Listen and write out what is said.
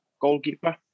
goalkeeper